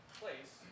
place